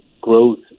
growth